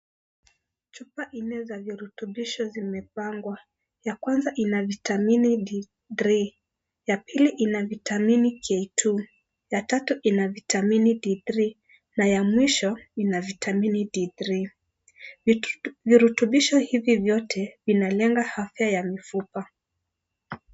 Chupa nne za virutubishi zimepangwa. Ya kwanza, ina vitamini D3, ya pili, ina vitamini K2, ya tatu ina vitamini D3 na ya mwisho ina vitamini D3. Virutubishi hivi vyote, vinalenga afya ya mifupa.